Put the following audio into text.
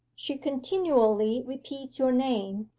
she continually repeats your name,